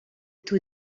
taux